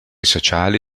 sociali